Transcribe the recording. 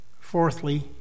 Fourthly